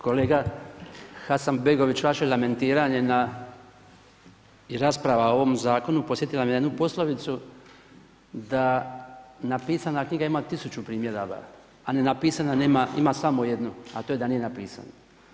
Kolega Hasanbegović vaše lamentiranje i rasprava o ovom zakonu podsjetila me na jednu poslovicu da napisana knjiga ima tisuću primjedaba, a nenapisana nema, ima samo jednu, a to je da nije napisana.